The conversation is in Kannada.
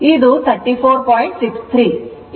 ಆದ್ದರಿಂದ ಇದು 34